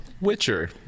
witcher